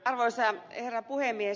arvoisa herra puhemies